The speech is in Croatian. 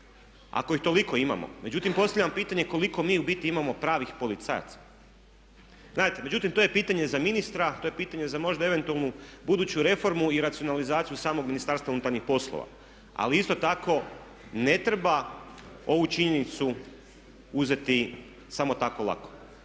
ako ih toliko imamo, međutim postavljam pitanje koliko mi u biti imamo pravih policajaca? Gledajte, međutim to je pitanje za ministra, to je pitanje za možda eventualnu buduću reformu i racionalizaciju samog Ministarstva unutarnjih poslova. Ali isto tako ne treba ovu činjenicu uzeti samo tako lako.